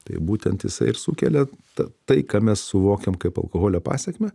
tai būtent jisai ir sukelia tą tai ką mes suvokiam kaip alkoholio pasekmę